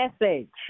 message